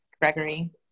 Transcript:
Gregory